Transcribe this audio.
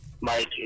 Mike